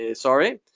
ah sorry.